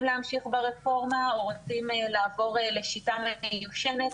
להמשיך ברפורמה או רוצים לעבור לשיטה מיושנת,